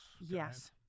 Yes